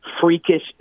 freakish